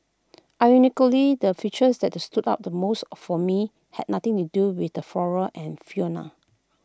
ironically the feature that stood out the most for me had nothing to do with the flora and fauna